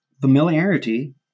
familiarity